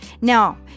Now